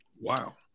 Wow